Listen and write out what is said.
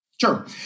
Sure